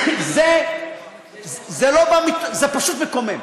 זה פשוט מקומם,